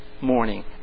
morning